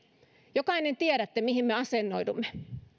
jokainen tiedätte mihin me asemoidumme